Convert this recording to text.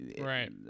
right